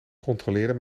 controleerde